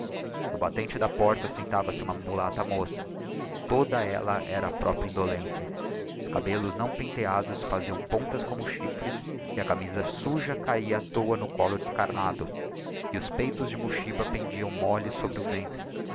no batente da porta sentava-se uma mulata moça toda ella era a própria indolência os cabeilos não penteados faziam pontas como chifres a camisa suja cahia á tôa no collo descarnado e os peitos de muxiba pendiam molles sobre o ventre